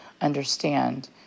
understand